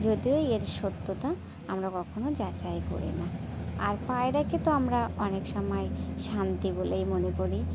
যদিও এর সত্যতা আমরা কখনও যাচাই করি না আর পায়রাকে তো আমরা অনেক সময় শান্তি বলেই মনে করি